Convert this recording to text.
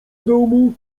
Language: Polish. domu